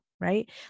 right